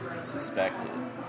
suspected